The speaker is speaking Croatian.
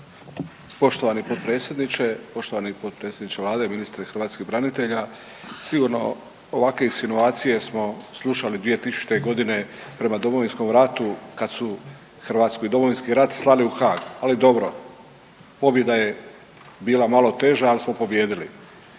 Poštovani potpredsjedniče, poštovani potpredsjedniče Vlade, ministre hrvatskih branitelja. Sigurno ovakve insinuacije smo slušali 2000. godine prema Domovinskom ratu kada su hrvatski Domovinski rat slali u Haag. Ali dobro, pobjeda je bila malo teža, ali smo pobijedili.